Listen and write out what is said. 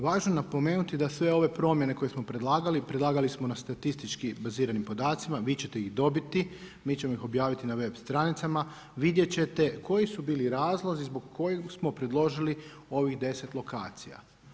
Važno je napomenuti da sve ove promjene koje smo predlagali, predlagali smo na statistički baziranim podacima, vi ćete ih dobiti, mi ćemo ih objaviti na web stranicama, vidjeti ćete koji su bili razlozi zbog kojih smo predložili ovih 10 lokacija.